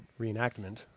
reenactment